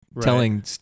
telling